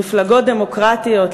מפלגות דמוקרטיות,